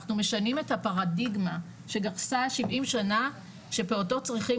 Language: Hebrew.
אנחנו משנים את הפרדיגמה שגרסה 70 שנה שפעוטות צריכים